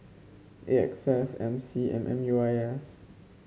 A X S M C and M U I S